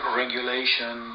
regulation